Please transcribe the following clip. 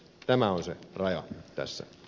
tämä on se raja tässä